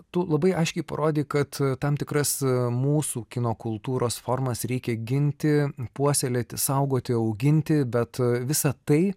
tu labai aiškiai parodei kad tam tikras mūsų kino kultūros formas reikia ginti puoselėti saugoti auginti bet visa tai